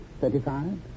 Thirty-five